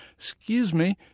so excuse me.